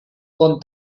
con